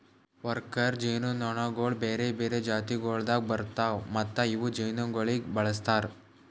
worker ಜೇನುನೊಣಗೊಳ್ ಬೇರೆ ಬೇರೆ ಜಾತಿಗೊಳ್ದಾಗ್ ಬರ್ತಾವ್ ಮತ್ತ ಇವು ಜೇನುಗೊಳಿಗ್ ಬಳಸ್ತಾರ್